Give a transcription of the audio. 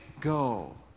go